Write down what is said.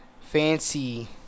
fancy